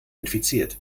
infiziert